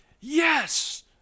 yes